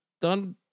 done